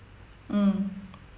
mm